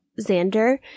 Xander